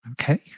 Okay